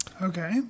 Okay